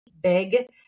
big